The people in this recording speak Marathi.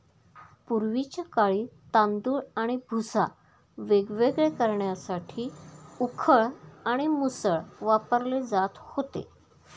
पूर्वीच्या काळी तांदूळ आणि भुसा वेगवेगळे करण्यासाठी उखळ आणि मुसळ वापरले जात होते